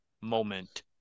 moment